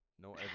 No